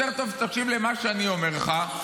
יותר טוב שתקשיב למה שאני אומר לך,